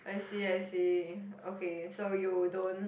I see I see okay so you don't